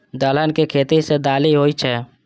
दलहन के खेती सं दालि होइ छै